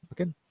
okay